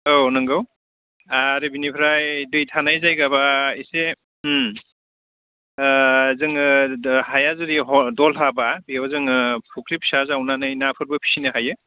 औ नंगौ आरो बेनिफ्राय दै थानाय जायगाबा एसे जोङो हाया जुदि दल हाबा बेयाव जोङो फख्रि फिसा जावनानै नाफोरबो फिसिनो हायो